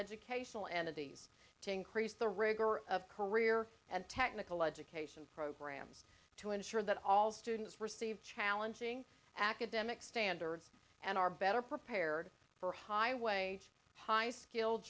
educational and of these to increase the rigor of career and technical education programs to ensure that all students receive challenging academic standards and are better prepared for high wage high skilled